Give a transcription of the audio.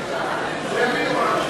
נכים במסגרת